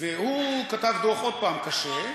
והוא כתב דוח, עוד פעם, קשה.